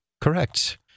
correct